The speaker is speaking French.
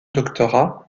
doctorat